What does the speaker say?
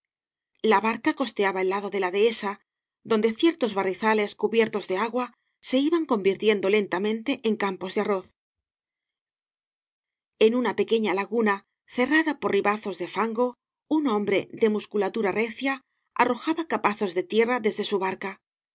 la barca costeaba el lado de la dehesa donde ciertos barrizales cubiertos de agua se iban convirtiendo lentamente en campos de arroz en una pequeña laguna cerrada por ribazos de fango un hombre de musculatura recia arro jaba capazos de tierra desde bu barca